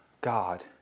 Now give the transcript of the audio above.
God